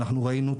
ראינו,